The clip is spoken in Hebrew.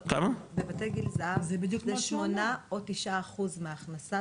לא, בבתי גיל הזהב, שמונה, או תשעה אחוז מההכנסה.